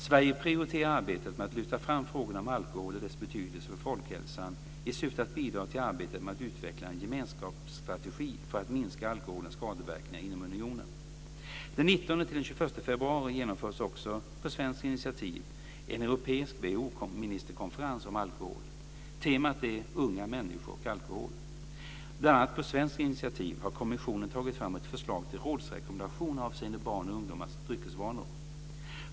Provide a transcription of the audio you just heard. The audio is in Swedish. Sverige prioriterar arbetet med att lyfta fram frågorna om alkohol och dess betydelse för folkhälsan i syfte att bidra till arbetet med att utveckla en gemenskapsstrategi för att minska alkoholens skadeverkningar inom unionen. Den 19-21 februari genomförs också, på svenskt initiativ, en europeisk WHO-ministerkonferens om alkohol. Temat är unga människor och alkohol. Bl.a. på svenskt initiativ har kommissionen tagit fram ett förslag till rådsrekommendation avseende barns och ungdomars dryckesvanor.